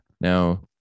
Now